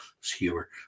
skewer